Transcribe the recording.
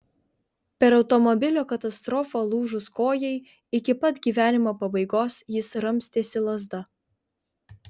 per automobilio katastrofą lūžus kojai iki pat gyvenimo pabaigos jis ramstėsi lazda